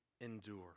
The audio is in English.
endure